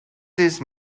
this